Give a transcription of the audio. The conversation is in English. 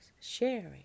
Sharing